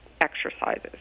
exercises